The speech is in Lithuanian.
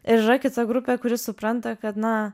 ir yra kita grupė kuri supranta kad na